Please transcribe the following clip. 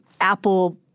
Apple-